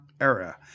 era